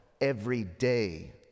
everyday